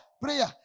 prayer